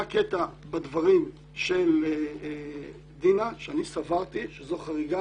היה קטע בדברים של דינה שאני סברתי שזו חריגה